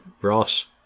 ross